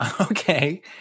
Okay